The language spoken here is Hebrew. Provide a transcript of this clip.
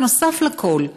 ונוסף לכול,